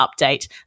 update